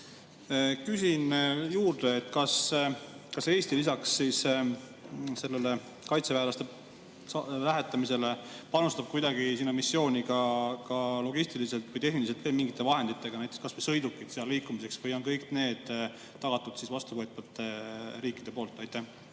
Küsin juurde, et kas Eesti lisaks kaitseväelaste lähetamisele panustab kuidagi sinna missiooni ka logistiliselt või tehniliselt mingite vahenditega, näiteks kas või sõidukitega seal liikumiseks. Või on kõik need tagatud vastuvõtvate riikide poolt? Aitäh,